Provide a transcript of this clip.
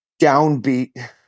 downbeat